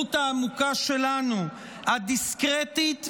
בהיכרות העמוקה שלנו, הדיסקרטית והגלויה,